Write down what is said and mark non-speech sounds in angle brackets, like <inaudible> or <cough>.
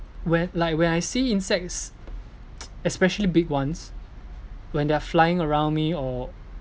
when like when I see insects <noise> especially big ones when they are flying around me or